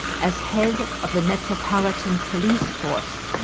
as head of the metropolitan police force,